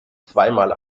zweimal